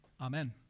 Amen